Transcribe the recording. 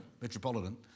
Metropolitan